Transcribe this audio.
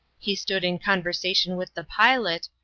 he stood in conversation with the pilot,